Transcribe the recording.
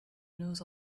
knows